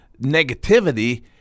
negativity